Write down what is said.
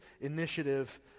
initiative